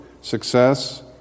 success